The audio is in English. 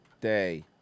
day